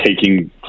taking